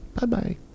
Bye-bye